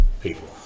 People